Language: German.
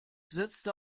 setzte